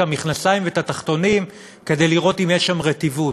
המכנסיים והתחתונים כדי לראות אם יש רטיבות.